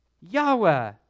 Yahweh